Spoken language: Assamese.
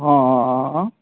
অঁ অঁ অঁ অঁ